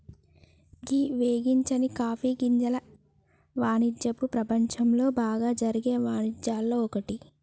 గీ వేగించని కాఫీ గింజల వానిజ్యపు ప్రపంచంలో బాగా జరిగే వానిజ్యాల్లో ఒక్కటి